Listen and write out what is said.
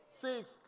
six